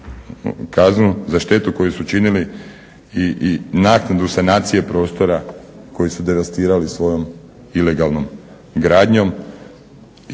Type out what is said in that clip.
kaznu za štetu koju su činili i naknadu sanacije prostora koji su devastirali svojom ilegalnom gradnjom.